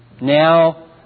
now